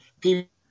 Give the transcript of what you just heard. people